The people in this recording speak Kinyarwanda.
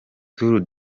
tours